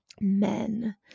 men